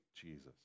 Jesus